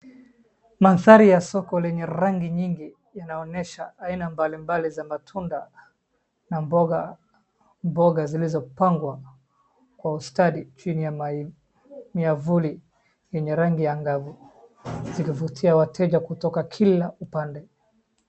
Nadhari ya soko lenye rangi nyingi inaonyesha aina mbali mbali za matunda na mboga, mboga zilizopagwa kwa ustadi chini ya miavuli yenye rangi angavu zikivutia wateja kutoka kila upande.